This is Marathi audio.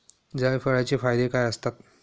जायफळाचे फायदे काय असतात?